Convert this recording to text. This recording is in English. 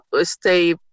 stay